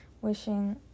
wishing